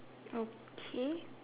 okay